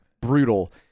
brutal